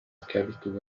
schiavitù